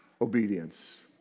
obedience